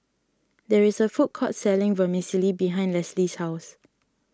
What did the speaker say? there is a food court selling Vermicelli behind Leslie's house